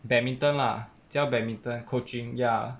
badminton lah 教 badminton coaching ya